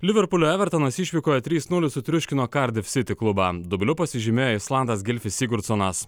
liverpulio evartanas išvykoje trys nulis sutriuškino kardiv siti klubą dubliu pasižymėjo islandas gilfis igurconas